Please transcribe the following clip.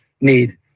need